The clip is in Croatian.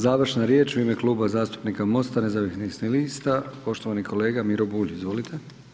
Završna riječ u ime Kluba zastupnika MOST-a nezavisnih lista, poštovani kolega Miro Bulj, izvolite.